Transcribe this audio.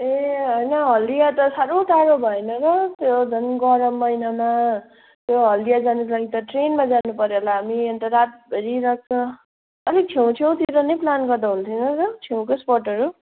ए होइन हल्दिया त साह्रो टाढो भएन र त्यो झन् गरम महिनामा त्यो हल्दिया जानुको लागि त ट्रेनमा जानु पर्यो होला हामी अन्त रातभरि लाग्छ अलिक छेउ छेउतिर नै प्लान गर्दा हुन्थेन र छेउकै स्पटहरू